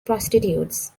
prostitutes